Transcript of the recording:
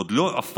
עוד לא הפכנו,